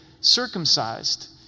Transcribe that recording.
circumcised